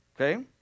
Okay